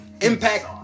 impact